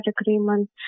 agreement